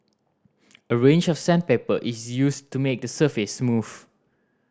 a range of sandpaper is used to make the surface smooth